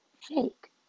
fake